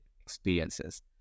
experiences